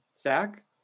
zach